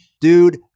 dude